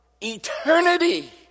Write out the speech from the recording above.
eternity